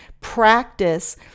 practice